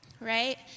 right